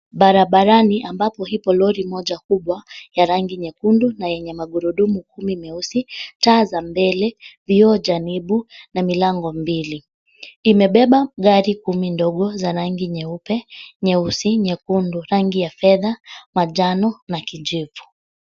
Barabarani, ambapo ipo lori moja kubwa ya rangi nyekundu, na yenye magurudumu kumi meusi. Taa za mbele kioo cha nebu na milango mbili. Limebeba gari kumi ndogo za rangi nyeupe, nyeusi, nyekundu, rangi ya fedha, manjano na kijivu.